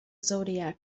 zodiac